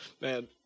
man